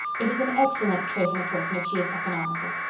it is an excellent trait in a person if she is economical.